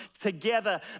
together